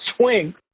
swing